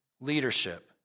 leadership